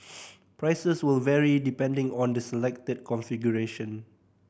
prices will vary depending on the selected configuration